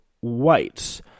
whites